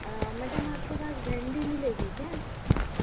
madam आपके पास भिंडी मिलेगी क्या